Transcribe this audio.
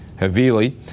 Havili